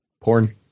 Porn